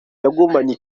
yagumanye